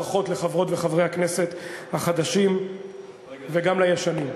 ברכות לחברות וחברי הכנסת החדשים וגם לישנים.